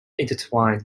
intertwined